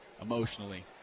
emotionally